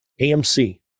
amc